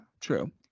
True